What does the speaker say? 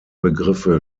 begriffe